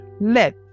let